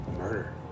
murder